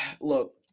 Look